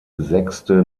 sechste